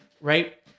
right